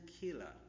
killer